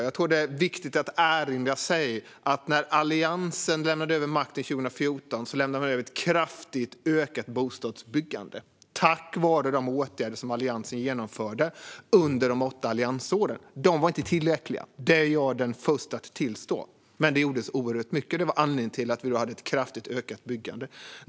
Jag tror att det är viktigt att erinra sig att när Alliansen lämnade över makten 2014 lämnade vi över ett kraftigt ökat bostadsbyggande, tack vare de åtgärder som Alliansen har vidtagit under de åtta alliansåren. De var inte tillräckliga. Det är jag den förste att tillstå. Men det gjordes oerhört mycket. Och det var anledningen till att vi hade ett kraftigt ökat byggande.